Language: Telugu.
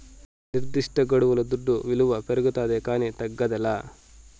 నిర్దిష్టగడువుల దుడ్డు విలువ పెరగతాదే కానీ తగ్గదేలా